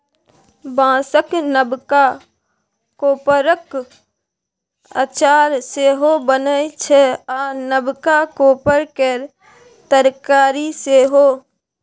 बाँसक नबका कोपरक अचार सेहो बनै छै आ नबका कोपर केर तरकारी सेहो